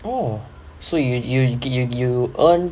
oh so you you you you you earn